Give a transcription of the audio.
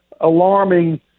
alarming